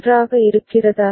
நன்றாக இருக்கிறதா